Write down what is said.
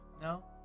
No